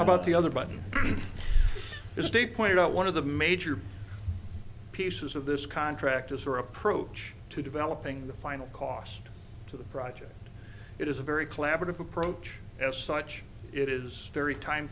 about the other but just a point out one of the major pieces of this contract is her approach to developing the final cost to the project it is a very collaborative approach as such it is very time